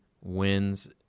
wins